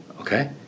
okay